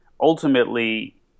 ultimately